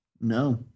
No